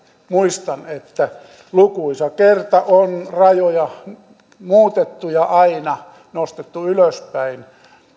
muistan että lukuisia kertoja on rajoja muutettu ja aina nostettu ylöspäin